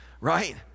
Right